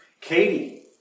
Katie